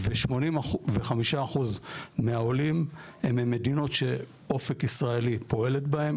וחמישה אחוז מהעולים הם ממדינות שאופק ישראלי פועלת בהם,